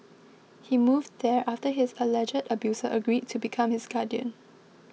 he moved there after his alleged abuser agreed to become his guardian